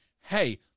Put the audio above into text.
hey